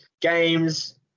games